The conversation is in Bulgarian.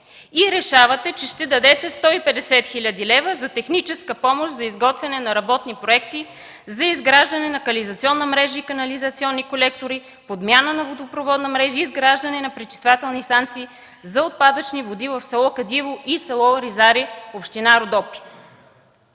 и решавате, че ще дадете 150 хил. лв. за техническа помощ за изготвяне на работни проекти за изграждане на канализационна мрежа и канализационно колектори, подмяна на водопроводна мрежа и изграждане на пречиствателни станции за отпадъчни води в село Кадиево и село Оризаре, община Родопи.